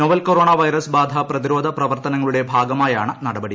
novel corona virus ബാധ പ്രതിരോധ പ്രവർത്തനങ്ങളുടെ ഭാഗമായാണ് നടപടി